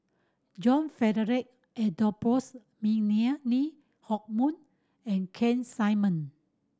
John Frederick Adolphus Lee Hock Moh and Keith Simmon